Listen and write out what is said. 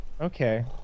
Okay